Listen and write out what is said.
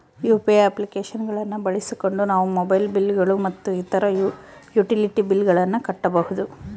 UPI application ಗಳನ್ನ ಬಳಸಿಕೊಂಡು ನಾವು ಮೊಬೈಲ್ ಬಿಲ್ ಗಳು ಮತ್ತು ಇತರ ಯುಟಿಲಿಟಿ ಬಿಲ್ ಗಳನ್ನ ಕಟ್ಟಬಹುದು